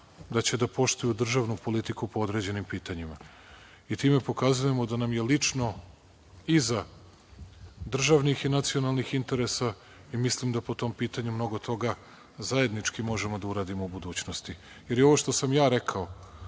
da će da poštuju državnu politiku po određenim pitanjima. Time pokazujemo da nam je lično iza državnih i nacionalnih interesa i mislim da po tom pitanju mnogo toga zajednički možemo da uradimo u budućnosti. Jer, i ovo što sam ja rekao,